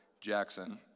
Jackson